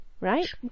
right